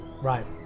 Right